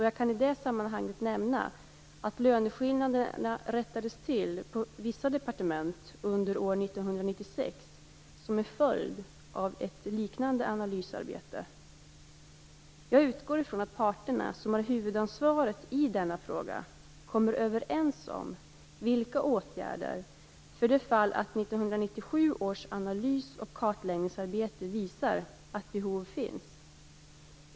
Jag kan i det sammanhanget nämna att löneskillnaderna rättades till på vissa departement under år 1996 som en följd av ett liknande analysarbete. Jag utgår från att parterna, som har huvudansvaret i denna fråga, kommer överens om liknande åtgärder för det fall att 1997 års analys och kartläggningsarbete visar att behov finns.